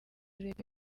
leta